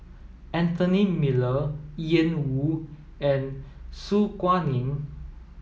Anthony Miller Ian Woo and Su Guaning